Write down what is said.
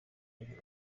burayi